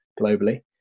globally